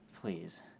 Please